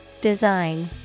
Design